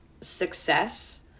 success